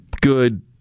good